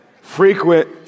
frequent